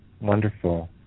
Wonderful